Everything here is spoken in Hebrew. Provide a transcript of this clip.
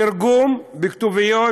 תרגום בכתוביות,